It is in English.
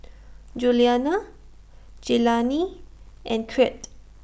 Juliana Jelani and Crete